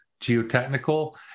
geotechnical